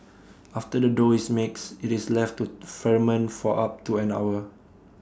after the dough is mixed IT is left to ferment for up to an hour